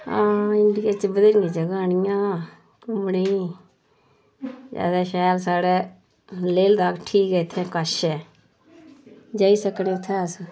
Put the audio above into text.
हां इंडिया च बथेरियां जगह् न इ'यां घूमने ई ज्यादा शैल साढ़ै लेह् लद्दाख ठीक ऐ इत्थें कश ऐ जाई सकने उत्थें अस